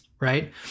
right